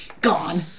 Gone